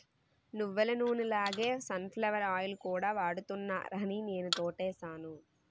నువ్వులనూనె లాగే sunflower oil కూడా వాడుతున్నారాని నేనా తోటేసాను